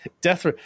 death